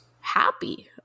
happy